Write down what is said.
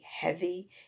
heavy